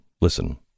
Listen